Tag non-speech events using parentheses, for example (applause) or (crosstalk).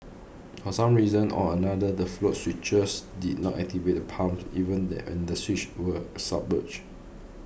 (noise) for some reason or another the float switches did not activate the pumps even the under switches were submerged